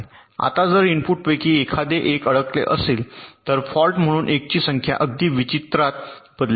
आता जर इनपुटपैकी एखादे 1 अडकले असेल तर फॉल्ट म्हणून 1 ची संख्या अगदी विचित्रात बदलेल